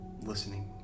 listening